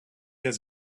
has